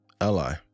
Ally